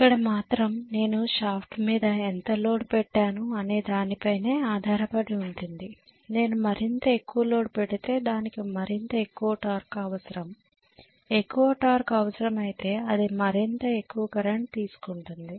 ఇక్కడ మాత్రం నేను షాఫ్ట్ మీద ఎంత లోడ్ పెట్టాను అనే దానిపైనే ఆధారపడి ఉంటుంది నేను మరింత ఎక్కువ లోడ్ పెడితే దానికి మరింత ఎక్కువ టార్క్ అవసరం ఎక్కువ టార్క్ అవసరమైతే అది మరింత ఎక్కువ కరెంట్ తీసుకుంటుంది